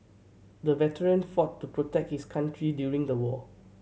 the veteran fought to protect his country during the war